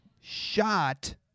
shot